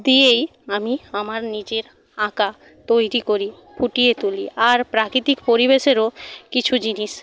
দিয়েই আমি আমার নিজের আঁকা তৈরি করি ফুটিয়ে তুলি আর প্রাকৃতিক পরিবেশেরও কিছু জিনিস